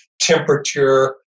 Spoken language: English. temperature